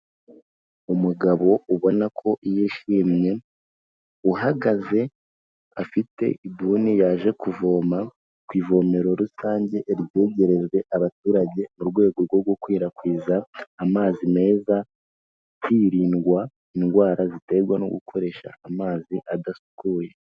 Umugabo ubona ko yishimye, uhagaze afite ibuni yaje kuvoma ku ivomero rusange ryegerejwe abaturage mu rwego rwo gukwirakwiza amazi meza, hirindwa indwara ziterwa no gukoresha amazi adasukuye.